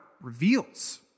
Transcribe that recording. reveals